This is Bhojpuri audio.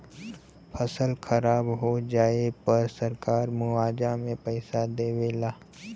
फसल खराब हो जाये पे सरकार मुआवजा में पईसा देवे ला